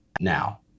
now